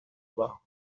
bas